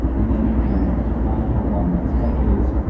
and then you can define how long that spike is.